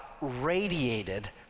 radiated